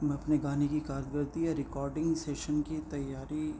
میں اپنے گانے کی کارکردگی یا ریکارڈنگ سیشن کی تیاری